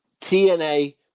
TNA